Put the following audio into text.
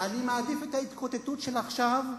אני מעדיף את ההתקוטטות של עכשיו,